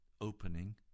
opening